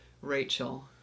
Rachel